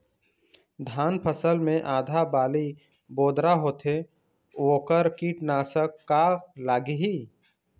धान फसल मे आधा बाली बोदरा होथे वोकर कीटनाशक का लागिही?